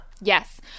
Yes